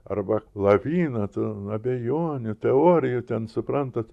arba laviną tų abejonių teorijų ten suprantat